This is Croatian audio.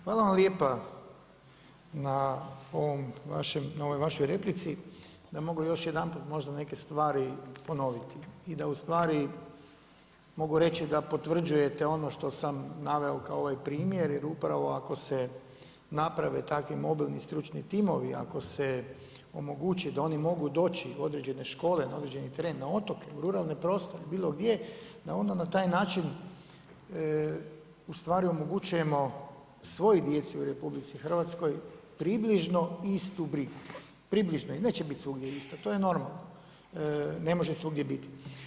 Hvala vam lijepa na ovoj vašoj replici da mogu još jedanput možda neke stvari ponoviti i da ustvari mogu reći da potvrđujete ono što sam naveo kao ovaj primjer jer upravo ako se naprave takvim mobilni stručni timovi, ako se omogući da oni mogu doći u određene škole na određeni teren na otoke u ruralne prostore, bilo gdje da onda na taj način omogućujemo svoj djeci u RH približno istu brigu, približno jer neće biti svugdje ista, to je normalno, ne može svugdje biti.